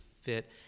fit